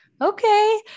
okay